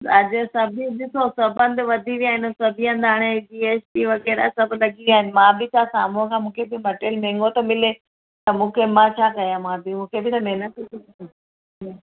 तव्हांजे सभिनी ॾिसो सबंध वधी विया आहिनि सभ हंदि हाणे जी एस टी वग़ैरह सभ लॻी विया आहिनि मां बि त साम्हूंअ खां मूंखे बि त मटेरियल महांगो थो मिले त मूंखे मां छा कयां मां ॿियों मूंखे बि त महिनत थी कया